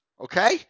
okay